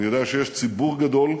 אני יודע שיש ציבור גדול,